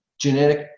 genetic